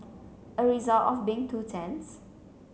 a result of being two tents